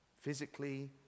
physically